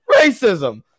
racism